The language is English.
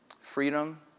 freedom